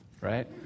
right